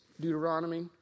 Deuteronomy